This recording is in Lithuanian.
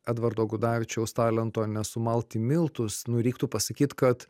edvardo gudavičiaus talento nesumalt į miltus nu reiktų pasakyt kad